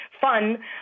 fun